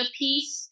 piece